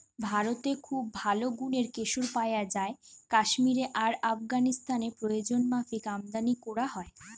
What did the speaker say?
ভারতে খুব ভালো গুনের কেশর পায়া যায় কাশ্মীরে আর আফগানিস্তানে প্রয়োজনমাফিক আমদানী কোরা হয়